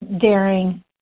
daring